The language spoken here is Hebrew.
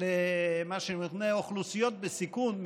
בקרב מה שנקרא האוכלוסיות בסיכון,